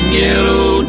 yellow